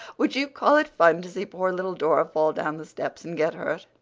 would you call it fun to see poor little dora fall down the steps and get hurt?